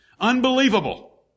Unbelievable